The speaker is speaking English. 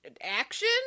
action